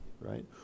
right